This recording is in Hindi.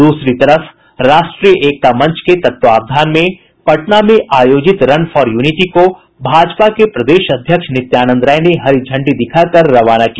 दूसरी तरफ राष्ट्रीय एकता मंच के तत्वावधान में पटना में आयोजित रन फॉर यूनिटी को भाजपा के प्रदेश अध्यक्ष नित्यानंद राय ने हरी झंडी दिखाकर रवाना किया